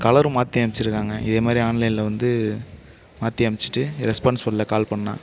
கலரும் மாற்றி அனுப்பிச்சிருக்காங்க இதே மாதிரி ஆன்லைனில் வந்து மாற்றி அனுப்பிச்சிட்டு ரென்ஸ்பான்ஸ் இல்லை கால் பண்ணால்